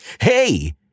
hey